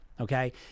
okay